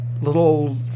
little